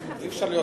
אי-אפשר להיות